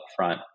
upfront